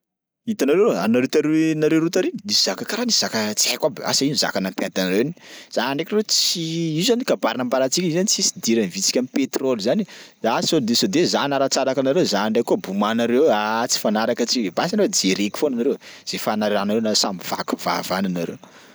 Hitanareo, anareo taroy nareo roa tary iny nisy zaka karaha nisy zaka tsy haiko aby asa ino zaka nampiady anareo iny, za ndraiky leroa tsy io zany kabary nambarantsika io zany tsisy idiran'ny vitsika am'petrôly zany e, za sao de sao de za hanaratsaraka anareo za ndray koa bomanareo eo. Aah tsy fanaraka antsika basy anao jereko foana nareo, zay fanarahanareo na samby vaky vava any anareo.